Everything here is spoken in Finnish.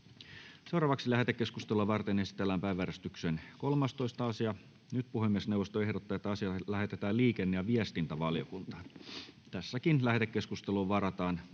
eduskuntaa. Lähetekeskustelua varten esitellään päiväjärjestyksen 13. asia. Puhemiesneuvosto ehdottaa, että asia lähetetään liikenne- ja viestintävaliokuntaan. Tässäkin lähetekeskusteluun varataan